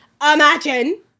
Imagine